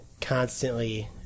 constantly